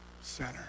center